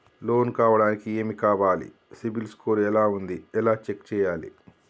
Loan కావడానికి ఏమి కావాలి సిబిల్ స్కోర్ ఎలా ఉంది ఎలా చెక్ చేయాలి?